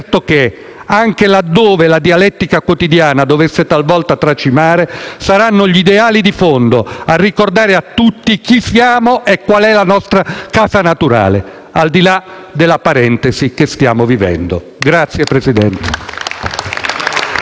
certo che, anche laddove la dialettica quotidiana dovesse talvolta tracimare, saranno gli ideali di fondo a ricordare a tutti chi siamo e qual è la nostra casa naturale al di là della parentesi che stiamo vivendo. *(Applausi